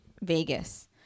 Vegas